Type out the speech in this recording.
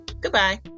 goodbye